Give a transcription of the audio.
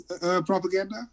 propaganda